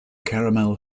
caramel